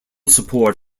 support